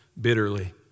bitterly